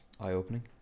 eye-opening